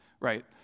right